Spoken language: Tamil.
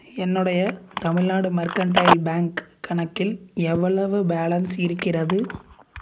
என்னுடைய தமிழ்நாடு மெர்கன்டைல் பேங்க் கணக்கில் எவ்வளவு பேலன்ஸ் இருக்கிறது